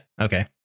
okay